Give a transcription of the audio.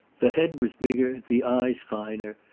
the head was bigger, the eyes finer,